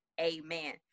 amen